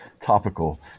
topical